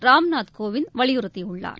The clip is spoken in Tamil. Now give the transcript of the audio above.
ராம்நாத் கோவிந்த் வலியுறுத்தி உள்ளார்